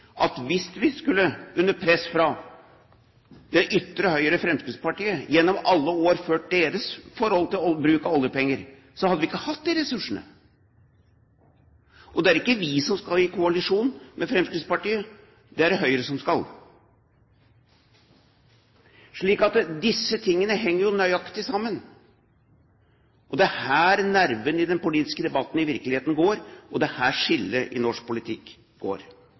at hvis vi, under press fra det ytre høyre, Fremskrittspartiet, gjennom alle år skulle hatt deres forhold til bruk av oljepenger, hadde vi ikke hatt de ressursene. Og det er ikke vi som skal i koalisjon med Fremskrittspartiet. Det er det Høyre som skal. Så disse tingene henger nøye sammen, og det er her nerven i den politiske debatten i virkeligheten går, og det er her skillet i norsk politikk går.